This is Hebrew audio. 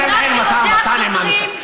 ואזרח שרוצח שוטרים?